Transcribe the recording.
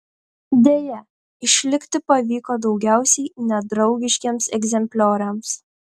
deja išlikti pavyko daugiausiai nedraugiškiems egzemplioriams